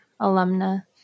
Alumna